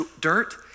dirt